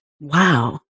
Wow